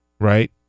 right